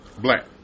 black